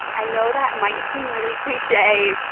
i know that might seem really cliche.